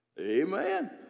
Amen